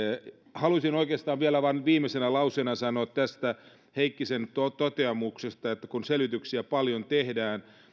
haluaisin oikeastaan vielä vain nyt viimeisenä lauseena sanoa tästä heikkisen toteamuksesta että kun selvityksiä paljon tehdään